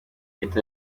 leta